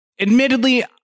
admittedly